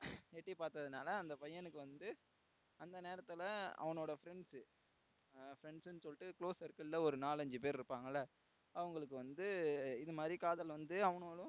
எட்டி பார்த்ததுனால அந்த பையனுக்கு வந்து அந்த நேரத்தில் அவனோட ஃபிரெண்ட்ஸ் ஃபிரெண்ட்ஸ்ன்னு சொல்லிட்டு க்ளோஸ் சர்க்குளில் ஒரு நாலஞ்சு பேர் இருப்பாங்கல்ல அவங்களுக்கு வந்து இது மாதிரி காதல் வந்து அவனுவோளும்